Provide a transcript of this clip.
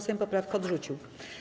Sejm poprawkę odrzucił.